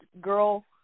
girl